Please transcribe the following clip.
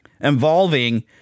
involving